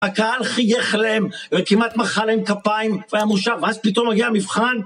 הקהל חייך להם וכמעט מחה להם כפיים והיה מורשם ואז פתאום מגיע המבחן